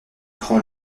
prend